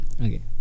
Okay